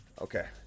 Okay